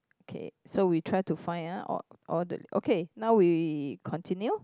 okay so we try to find ah all all the okay now we continue